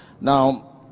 Now